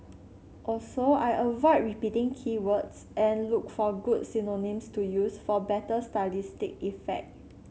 also I avoid repeating key words and look for good synonyms to use for better stylistic effect